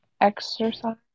exercise